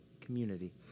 community